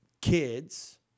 kids